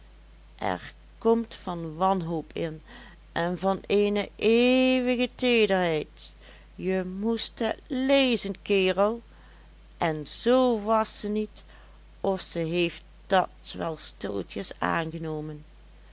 er komt van wanhoop in en van eene eeuwige teederheid je moest het lezen kerel en z was ze niet of ze heeft dat wel stilletjes aangenomen